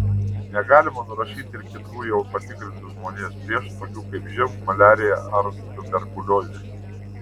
negalima nurašyti ir kitų jau patikrintų žmonijos priešų tokių kaip živ maliarija ar tuberkuliozė